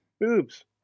boobs